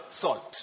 salt